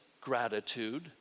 gratitude